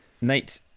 Nate